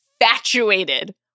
infatuated